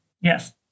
Yes